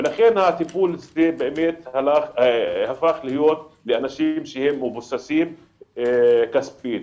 ולכן הטיפול הפך להיות לאנשים שהם מבוססים כספית.